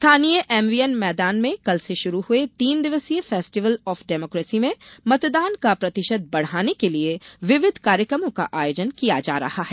स्थानीय एमवीएम मैदान में कल से शुरु हुए तीन दिवसीय फेस्टिवल ऑफ डेमोक्रेसी में मतदान का प्रतिशत बढ़ाने के लिए विविध कार्यक्रमों का आयोजन किया जा रहा है